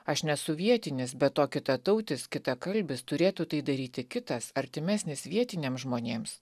aš nesu vietinis be to kitatautis kitakalbis turėtų tai daryti kitas artimesnis vietiniams žmonėms